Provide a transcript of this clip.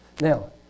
Now